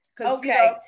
Okay